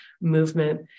Movement